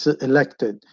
elected